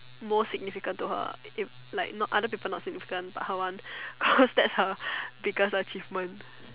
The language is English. most significant to her ah if like not other people not significant but her one cause that's her biggest achievement